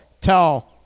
tell